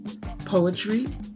poetry